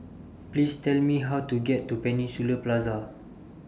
Please Tell Me How to get to Peninsula Plaza